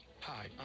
Hi